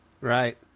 Right